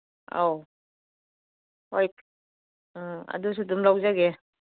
ꯑꯧ ꯍꯣꯏ ꯎꯝ ꯑꯗꯨꯁꯨ ꯑꯗꯨꯝ ꯂꯧꯖꯒꯦ